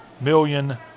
million